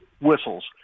whistles